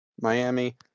Miami